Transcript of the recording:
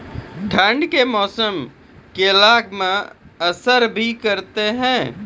ठंड के मौसम केला मैं असर भी करते हैं?